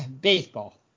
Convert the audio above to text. baseball